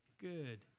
Good